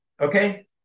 Okay